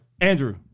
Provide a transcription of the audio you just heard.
Andrew